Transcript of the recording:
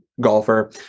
golfer